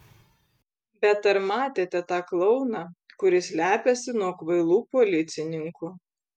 bet ar matėte tą klouną kuris slepiasi nuo kvailų policininkų